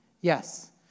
Yes